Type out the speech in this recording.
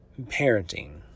parenting